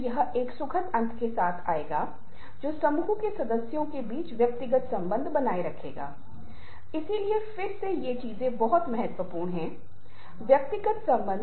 अब शरीर की भाषा और संस्कृति के बारे में बात करते हैं भावनाओं और अशाब्दिक संचार की मौलिक अभिव्यक्ति शायद मैं इस पर थोड़ा और समय बिताना चाहूंगा इससे पहले कि हम अन्य चीजों पर जाएं क्योंकि कुछ बुनियादी चीजों की स्पष्ट समझ ज्यादा बेहतर है और फिर आप हमेशा अन्य पुस्तकों का संदर्भ ले सकते हैं